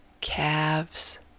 calves